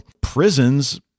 prisons